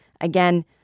Again